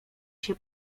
się